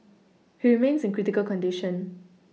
he remains in critical condition